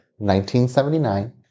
1979